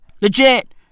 Legit